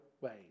ways